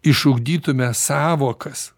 išugdytume sąvokas